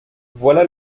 voilà